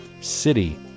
City